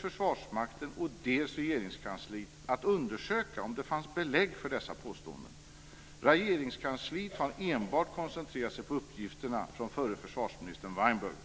Försvarsmakten och Regeringskansliet att undersöka om det fanns belägg för dessa påståenden. Regeringskansliet har enbart koncentrerat sig på uppgifterna från förre försvarsministern Caspar Weinberger.